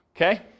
Okay